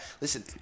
listen